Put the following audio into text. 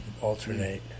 alternate